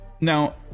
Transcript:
now